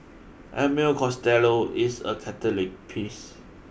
Emmett Costello is a Catholic priest